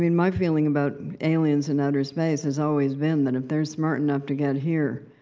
my feeling about aliens in outer space has always been that if they're smart enough to get here,